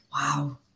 wow